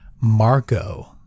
Marco